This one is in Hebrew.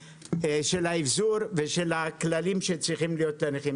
האבזור ומן הכללים שצריכים להיות לנכים.